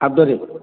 ଆଉଟଡୋରରେ